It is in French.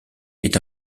est